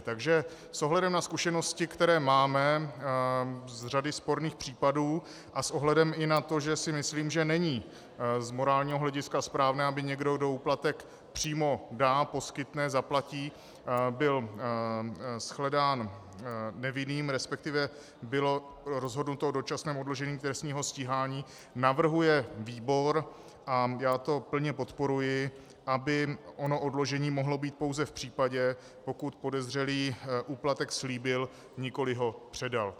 Takže s ohledem na zkušenosti, které máme z řady sporných případů, a s ohledem i na to, že si myslím, že není z morálního hlediska správné, aby někdo, kdo úplatek přímo dá, poskytne, zaplatí, byl shledán nevinným, resp. bylo rozhodnuto o dočasném odložení trestního stíhání, navrhuje výbor, a já to plně podporuji, aby ono odložení mohlo být pouze v případě, pokud podezřelý úplatek slíbil, nikoli ho předal.